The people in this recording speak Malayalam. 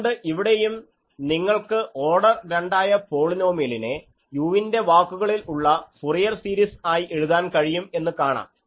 അതുകൊണ്ട് ഇവിടെയും നിങ്ങൾക്ക് ഓർഡർ 2 ആയ പോളിനോമിയലിനെ u ന്റെ വാക്കുകളിൽ ഉള്ള ഫൊറിയർ സീരിസ് ആയി എഴുതാൻ കഴിയും എന്ന് കാണാം